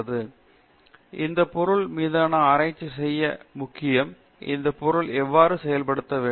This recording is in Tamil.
ஸ்லைடு டைம் 0811 இந்த பொருட்கள் மீதான ஆராய்ச்சி செய்ய முக்கியம் இந்த பொருட்களை எவ்வாறு செயல்படுத்த வேண்டும்